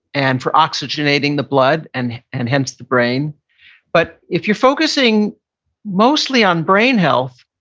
and for oxygenating the blood, and and hence the brain but if you're focusing mostly on brain health,